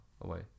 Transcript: away